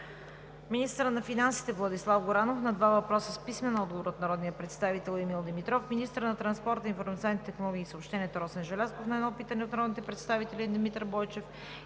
министърът на финансите Владислав Горанов – на два въпроса с писмен отговор от народния представител Емил Димитров; - министърът на транспорта, информационните технологии и съобщенията Росен Желязков – на едно питане от народните представители Димитър Бойчев